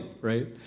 right